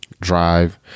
drive